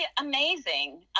amazing